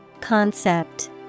Concept